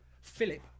philip